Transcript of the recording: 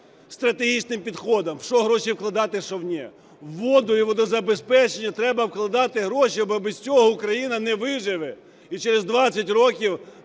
Стратегічним підходом: в що гроші вкладати, у що ні. У воду і у водозабезпечення треба вкладати гроші, бо без цього Україна не виживе. І через 20 років